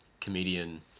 comedian